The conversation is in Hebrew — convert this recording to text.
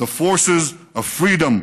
the forces of freedom,